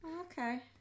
Okay